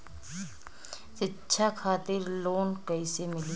शिक्षा खातिर लोन कैसे मिली?